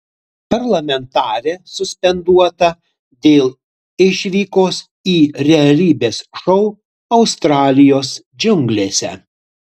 parlamentarė suspenduota dėl išvykos į realybės šou australijos džiunglėse